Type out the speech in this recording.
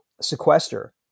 sequester